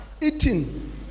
eating